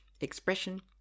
expression